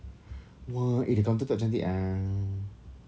!wah! eh the counter tak cantik ah